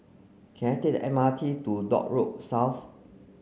can I take the M R T to Dock Road South